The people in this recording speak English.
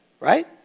Right